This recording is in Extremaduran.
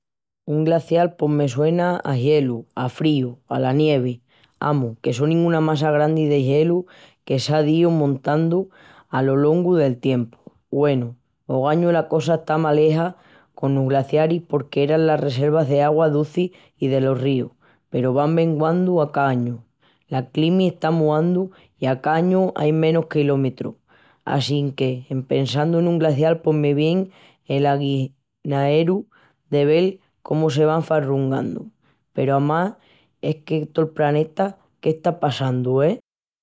Un glacial pos me sona a gielu, a fríu i ala nievi. Amus, que sonin una massa grandi de gielu que s'á díu montonandu alo longu del tiempu. Güenu, ogañu la cosa está maleja conos glacialis porque eran las reselvas d'agua duci i delos ríus, peru van menguandu a ca añu. La climi está muandu i a ca añu ain menus kilometrus assinque en pensandu en un glacial pos me vien el aginaeru de vel cómu se van farrungandu, peru amás es que es en tol praneta qu'está passandu, e?